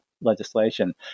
legislation